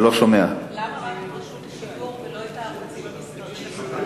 למה רק את רשות השידור ולא את הערוצים המסחריים?